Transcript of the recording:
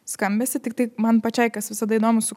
skambesį tiktai man pačiai kas visada įdomu su